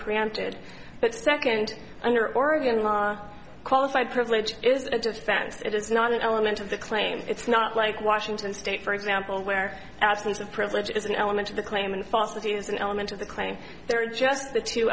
preempted but second under oregon law qualified privilege is a defense it is not an element of the claim it's not like washington state for example where absence of privilege is an element of the claim and false that is an element of the claim there are just the two